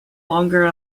longer